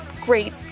great